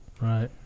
Right